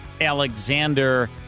Alexander